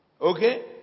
Okay